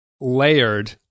layered